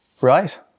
Right